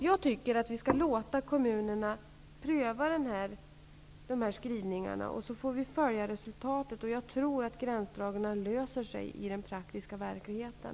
Jag tycker att vi skall låta kommunerna pröva de här skrivningarna, och sedan får vi följa upp resultatet. Jag tror att frågan om gränsdragningar löser sig i den praktiska verkligheten.